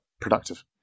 productive